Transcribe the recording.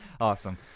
Awesome